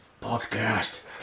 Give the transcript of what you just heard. Podcast